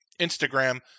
Instagram